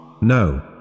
No